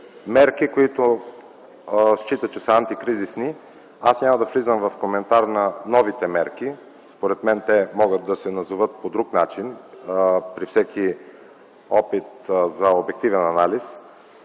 мерки, които счита, че са антикризисни. Аз няма да влизам в коментар на новите мерки. Според мен те могат да се назоват по друг начин при всеки опит за обективен анализ.